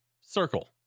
Circle